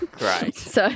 Right